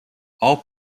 all